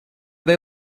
they